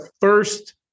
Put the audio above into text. first